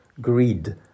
greed